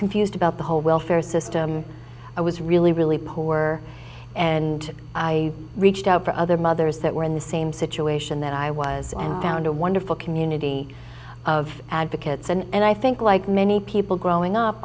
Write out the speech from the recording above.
confused about the whole welfare system i was really really poor and i reached out for other mothers that were in the same situation that i was and found a wonderful community of advocates and i think like many people growing up